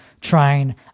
trying